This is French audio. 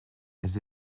elles